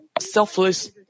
selfless